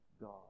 God